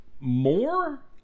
More